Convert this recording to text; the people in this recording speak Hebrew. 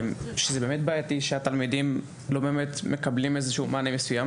זה באמת בעייתי שהתלמידים לא מקבלים איזה שהוא מענה מסוים,